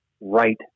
right